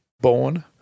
born